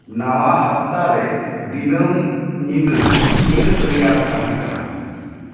ᱱᱟᱣᱟ ᱦᱟᱯᱛᱟ ᱨᱮ ᱫᱤᱱᱟᱹᱢ ᱧᱤᱫᱟᱹ ᱛᱤᱱᱟᱹᱜ ᱨᱮᱭᱟᱲ ᱛᱟᱦᱮᱸ ᱠᱟᱱᱟ